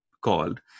called